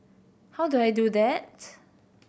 how do I do that